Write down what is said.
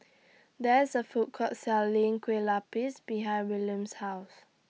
There IS A Food Court Selling Kueh Lupis behind Wiliam's House